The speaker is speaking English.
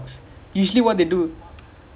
ya no they won't pass from the back they will